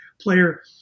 player